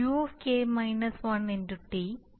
എന്നിട്ട് ഒടുവിൽ നമ്മൾ u നൽകണം അതിനാൽ നമ്മൾ ചേർക്കുന്നു